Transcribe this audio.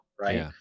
Right